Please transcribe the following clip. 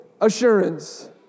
assurance